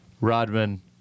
Rodman